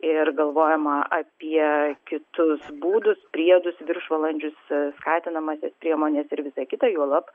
ir galvojama apie kitus būdus priedus viršvalandžius skatinamąsias priemones ir visa kita juolab